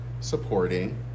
supporting